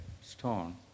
stone